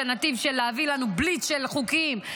את הנתיב של להביא לנו בליץ של חוקים,